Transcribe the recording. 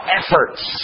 efforts